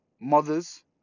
mothers